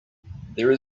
there